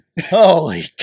Holy